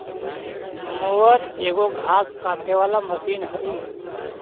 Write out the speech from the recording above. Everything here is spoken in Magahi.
मोअर एगो घास काटे वाला मशीन हई